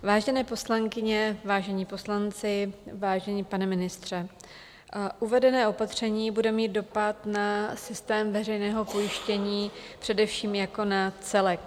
Vážené poslankyně, vážení poslanci, vážený pane ministře, uvedené opatření bude mít dopad na systém veřejného pojištění především jako na celek.